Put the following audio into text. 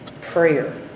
Prayer